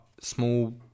small